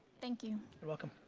thank you. you're welcome.